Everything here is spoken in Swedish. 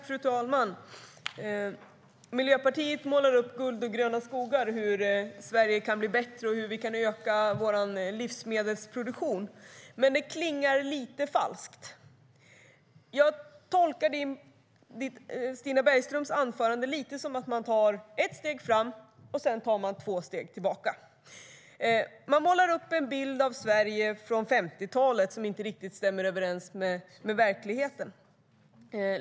Fru talman! Miljöpartiet målar upp guld och gröna skogar när det gäller hur Sverige kan bli bättre och hur vi kan öka vår livsmedelsproduktion. Men det klingar lite falskt. Jag tolkar Stina Bergströms anförande lite som att man tar ett steg fram och två steg tillbaka. Man målar upp en bild av Sverige från 50-talet som inte riktigt stämmer överens med verkligheten.